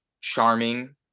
charming